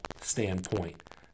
standpoint